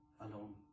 alone